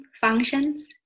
functions